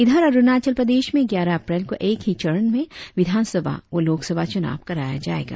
इधर अरुणाचल प्रदेश में ग्यारह अप्रैल को एक ही चरण में विधानसभा व लोकसभा चुनाव कराया जाएगा